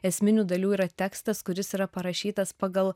esminių dalių yra tekstas kuris yra parašytas pagal